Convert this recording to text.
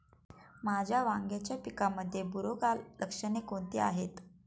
माझ्या वांग्याच्या पिकामध्ये बुरोगाल लक्षणे कोणती आहेत?